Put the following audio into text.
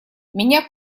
меня